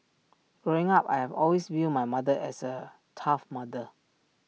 growing up I have always viewed my mother as A tough mother